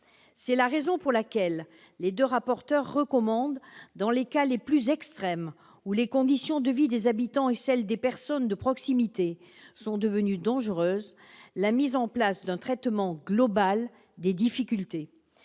C'est la raison pour laquelle les deux rapporteurs recommandent « dans les cas les plus extrêmes, où les conditions de vie des habitants et celles des personnes de proximité sont devenues dangereuses, la mise en place d'un traitement global des difficultés